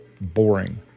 boring